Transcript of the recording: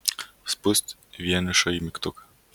spust vienišąjį mygtuką